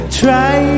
try